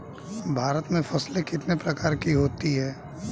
भारत में फसलें कितने प्रकार की होती हैं?